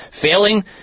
failing